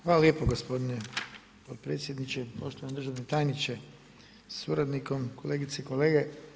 Hvala lijepo gospodine potpredsjedniče, poštovani državni tajniče sa suradnikom, kolegice i kolege.